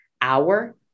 hour